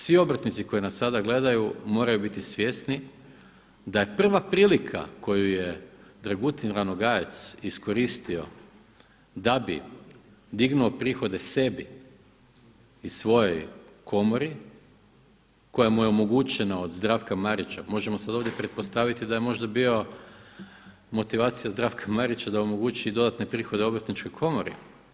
Svi obrtnici koji nas sada gledaju moraju biti svjesni da je prva prilika koju je Dragutin RAnogajec iskoristio da bi dignuo prihode sebi i svojoj komori koja mu je omogućena od Zdravka Marića, možemo sada ovdje pretpostaviti da je možda bio motivacija Zdravka Marića da omogući dodatne prihode Obrtničkoj komori.